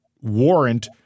warrant